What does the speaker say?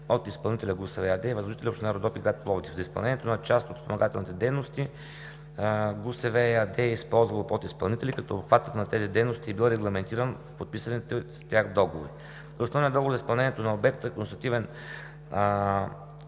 от изпълнителя ГУСВ – ЕАД, и възложителя община Родопи, гр. Пловдив. За изпълнението на част от спомагателните дейности ГУСВ – ЕАД, е използвало подизпълнители, като обхватът на тези дейности е бил регламентиран в подписаните с тях договори. На основание договора за изпълнението на обекта и Констативен